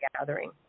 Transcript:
gathering